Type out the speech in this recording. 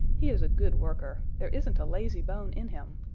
he is a good worker. there isn't a lazy bone in him.